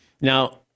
Now